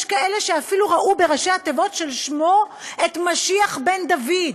יש כאלה שאפילו ראו בראשי התיבות של שמו את משיח בן-דוד.